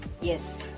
Yes